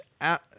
out